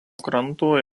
kranto